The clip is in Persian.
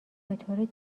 بطور